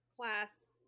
class